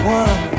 one